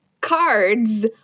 cards